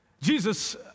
Jesus